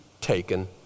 taken